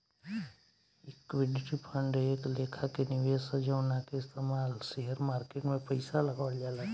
equity fund एक लेखा के निवेश ह जवना के इस्तमाल शेयर मार्केट में पइसा लगावल जाला